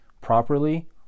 properly